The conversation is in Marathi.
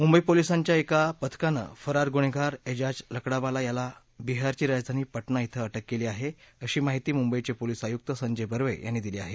मुंबई पोलीसांच्या एका पथकानं फरार गुन्हेगार एजाज लकडावाला याला बिहारची राजधानी पटणा धिं अटक केली आहे अशी माहिती मुंबईचे पोलीस आयुक्त संजय बर्वे यांनी दिली आहे